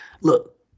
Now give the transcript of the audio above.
Look